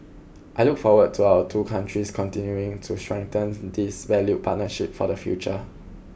I look forward to our two countries continuing to strengthen this valued partnership for the future